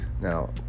Now